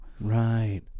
Right